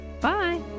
Bye